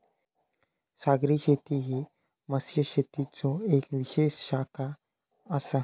सागरी शेती ही मत्स्यशेतीचो येक विशेष शाखा आसा